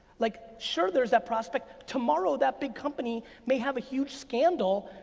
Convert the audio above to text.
like sure there's that prospect. tomorrow that big company may have a huge scandal,